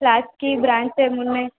ఫ్లాట్స్కి brands ఏమున్నాయి